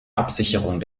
absicherung